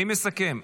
מי מסכם?